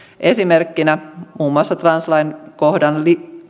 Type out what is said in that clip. esimerkkinä mainitsen muun muassa translain kohdan